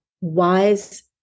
wise